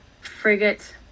frigate